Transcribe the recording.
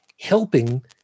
helping